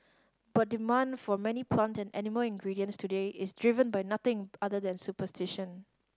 but demand for many plant and animal ingredients today is driven by nothing other than superstition